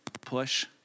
Push